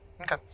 Okay